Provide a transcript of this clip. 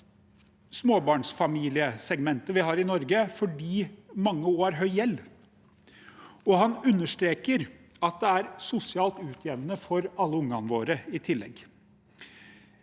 småbarnsfamiliesegmentet vi har i Norge, fordi mange også har høy gjeld, og han understreker at det er sosialt utjevnende for alle ungene våre i tillegg.